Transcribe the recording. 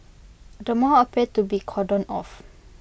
the mall appeared to be cordoned off